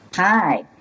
Hi